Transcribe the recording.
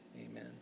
amen